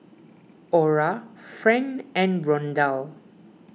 Ora Friend and Rondal